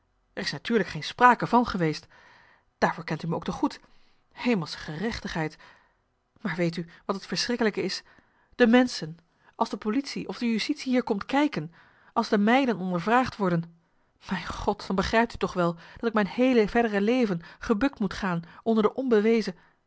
natuurlijk geen sprake van geweest daarvoor kent u me ook te goed hemeslche gerechtigheid maar weet u wat het verschrikkelijke is de menschen als de politie of de justitie hier komt kijken als de meiden ondervraagd worden mijn god dan begrijpt u toch wel dat ik mijn heele verdere leven gebukt moet gaan onder de